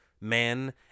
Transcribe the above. men